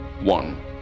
One